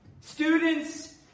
students